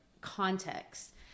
context